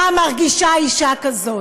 מה מרגישה אישה כזאת.